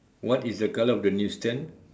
what is the colour of the news stand